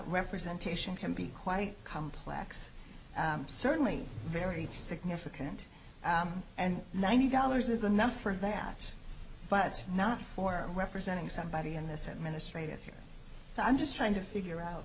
representation can be quite complex certainly very significant and ninety dollars is enough for their jobs but not for representing somebody in this administration so i'm just trying to figure out